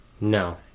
No